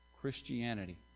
Christianity